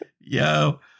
Yo